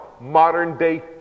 modern-day